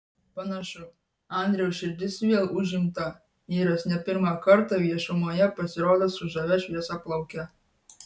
panašu andriaus širdis vėl užimta vyras ne pirmą kartą viešumoje pasirodo su žavia šviesiaplauke